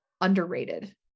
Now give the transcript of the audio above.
underrated